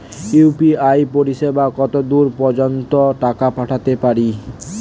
UPI পরিসেবা কতদূর পর্জন্ত টাকা পাঠাতে পারি?